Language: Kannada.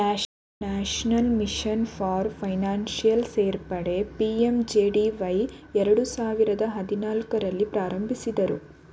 ನ್ಯಾಷನಲ್ ಮಿಷನ್ ಫಾರ್ ಫೈನಾನ್ಷಿಯಲ್ ಸೇರ್ಪಡೆ ಪಿ.ಎಂ.ಜೆ.ಡಿ.ವೈ ಎರಡು ಸಾವಿರದ ಹದಿನಾಲ್ಕು ರಲ್ಲಿ ಪ್ರಾರಂಭಿಸಿದ್ದ್ರು